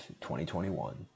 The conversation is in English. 2021